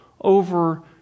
over